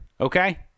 okay